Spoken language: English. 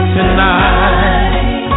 Tonight